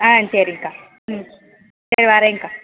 ஆ சரிங்க்கா ம் சரி வர்றேங்கக்கா